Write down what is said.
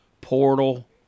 Portal